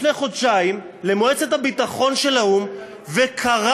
לפני חודשיים למועצת הביטחון של האו"ם וקרא